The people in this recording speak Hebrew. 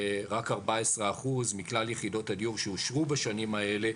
רק 14% מכלל יחידות הדיור שאושרו בשנים האלה,